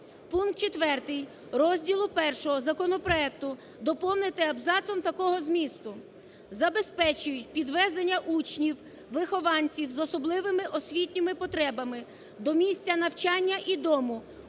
Пункт 4 розділу І законопроекту доповнити абзацом такого змісту: "Забезпечують підвезення учнів, вихованців з особливими освітніми потребами до місця навчання і дому,